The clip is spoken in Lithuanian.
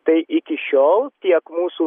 tai iki šiol tiek mūsų